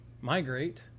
migrate